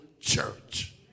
church